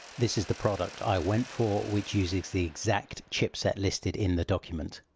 this is the product i went for which uses the exact chipset listed in the document.